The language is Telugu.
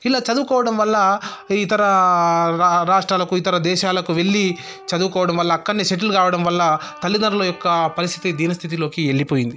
ఇలా చదువుకోవడం వల్ల ఇతరా రా రాష్ట్రాలకు ఇతర దేశాలకు వెళ్లి చదువుకోవడం వల్ల అక్కడనే సెటిల్ కావడం వల్ల తల్లిదండ్రుల యొక్క పరిస్థితి దీనస్థితిలోకి వెళ్లిపోయింది